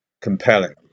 compelling